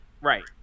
Right